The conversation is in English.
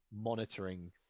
monitoring